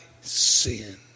sin